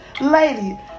lady